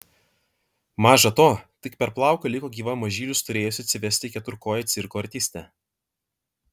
maža to tik per plauką liko gyva mažylius turėjusi atsivesti keturkojė cirko artistė